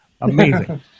Amazing